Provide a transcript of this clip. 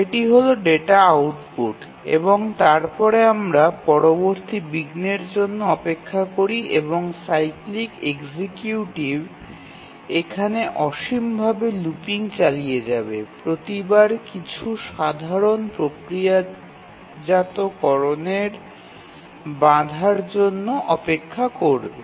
এটি হল data output এবং তারপরে আমরা পরবর্তী বিঘ্নের জন্য অপেক্ষা করি এবং সাইক্লিক এক্সিকিউটিভ এখানে অসীমভাবে লুপিং চালিয়ে যাবে প্রতিবার কিছু সাধারণ প্রক্রিয়াজাতকরণের বাধার জন্য অপেক্ষা করবে